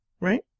right